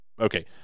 Okay